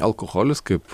alkoholis kaip